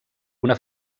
una